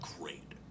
great